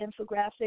infographic